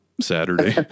Saturday